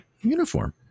Uniform